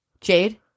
Jade